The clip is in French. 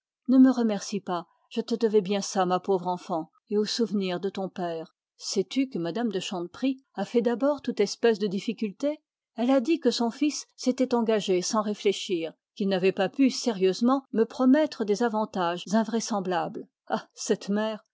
ne me remercie pas je te devais bien ça ma pauvre enfant et au souvenir de ton père mme de chanteprie a fait d'abord quelques difficultés elle a dit que son fils s'était engagé sans réfléchir ah cette mère